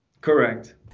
correct